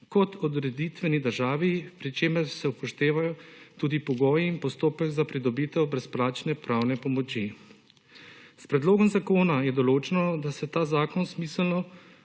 kot odreditveni državi, pri čemer se upoštevajo tudi pogoji in postopek za pridobitev brezplačne pravne pomoči. S predlogom zakona je določeno, da se ta zakon smiselno